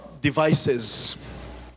devices